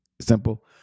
Simple